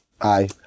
Aye